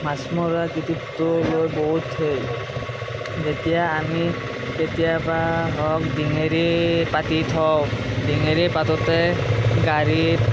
মাছ মৰাৰ কিটিপটো লৈ বহুত থৈ যেতিয়া আমি কেতিয়াবা হওক ডিঙেৰি কাটি থওঁ ডিঙেৰি পাতোতে গাড়ীত